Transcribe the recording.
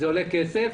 זה עולה כסף.